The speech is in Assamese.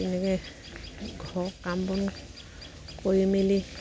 তেনেকৈ ঘৰৰ কাম বন কৰি মেলি